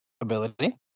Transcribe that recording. ability